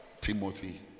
Timothy